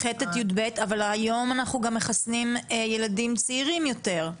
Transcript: אבל היום אנחנו גם מחסנים ילדים צעירים יותר.